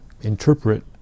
interpret